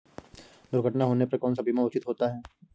दुर्घटना होने पर कौन सा बीमा उचित होता है?